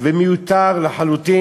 ומיותר לחלוטין.